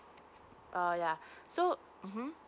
uh yeuh so uh hmm